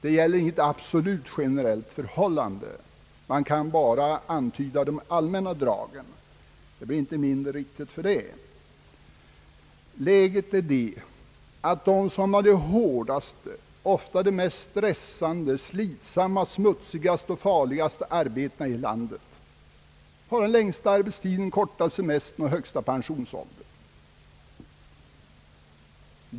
De som har de hårdaste, ofta mest stressande, mest slitsamma, de smutsigaste och farligaste arbetena här i landet har den längsta arbetstiden, den kortaste semestern och den högsta pensionsåldern.